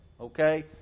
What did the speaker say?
Okay